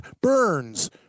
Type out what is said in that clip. Burns